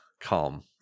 calm